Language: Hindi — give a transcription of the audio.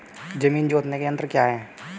जमीन जोतने के यंत्र क्या क्या हैं?